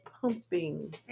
pumping